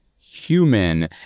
human